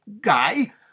guy